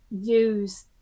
use